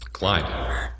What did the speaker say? Clyde